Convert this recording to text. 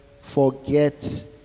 forget